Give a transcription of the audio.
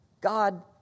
God